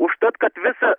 užtat kad visa